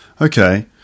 okay